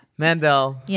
Mandel